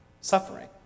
suffering